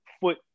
foot